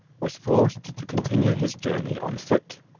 was forced to continue his journey on foot.